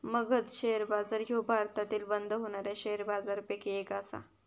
Magadh share बाजार ह्यो भारतातील बंद होणाऱ्या शेअर बाजारपैकी एक आसा